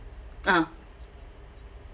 ah